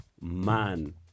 man